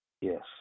Yes